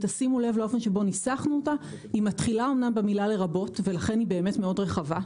ההגדרה מתחילה אמנם במילה "לרבות" ולכן היא באמת מאוד רחבה,